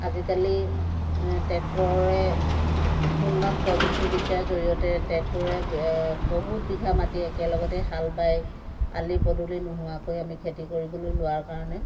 আজিকালি ট্ৰেক্টৰে উন্নত প্ৰযুক্তিবিদ্যাৰ জৰিয়তে ট্ৰেক্টৰে বহুত বিঘা মাটি একেলগতে হাল বায় আলি পদূলি নোহোৱাকৈয়ে আমি খেতি কৰিবলৈ লোৱাৰ কাৰণে